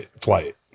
flight